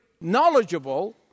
knowledgeable